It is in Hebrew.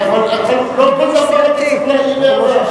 מצב, אבל לא בכל דבר אתה צריך להעיר הערה.